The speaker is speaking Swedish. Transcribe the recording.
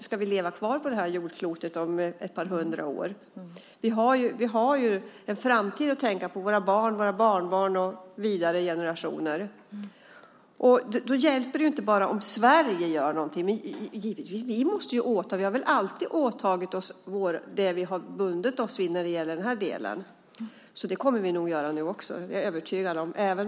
Ska vi leva kvar på jordklotet om ett par hundra år? Vi har en framtid att tänka på för våra barn och barnbarn och vidare generationer. Då hjälper det inte om bara Sverige gör någonting. Vi har väl alltid utfört det vi har bundit oss vid när det gäller den här delen. Det kommer vi nog att göra även med den här regeringen.